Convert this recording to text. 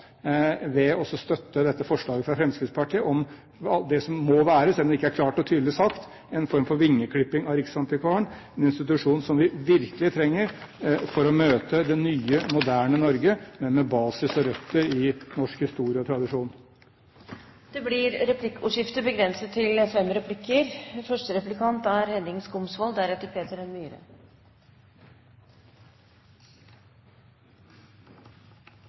ved å støtte dette forslaget fra Fremskrittspartiet om det som må være, selv om det ikke er klart og tydelig sagt, en form for vingeklipping av riksantikvaren, en institusjon som vi virkelig trenger for å møte det nye, moderne Norge, men med basis og røtter i norsk historie og tradisjon. Det blir replikkordskifte. Representantforslaget er satt fram for å peke på overordnede organers maktmisbruk til